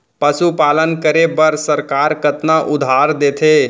पशुपालन करे बर सरकार कतना उधार देथे?